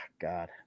God